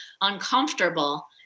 uncomfortable